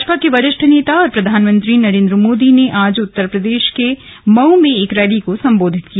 भाजपा के वरिष्ठ नेता और प्रधानमंत्री नरेन्द्र मोदी ने आज उत्तर प्रदेश के मऊ में एक रैली को संबोधित किया